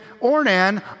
Ornan